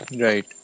Right